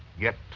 yet